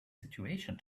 situation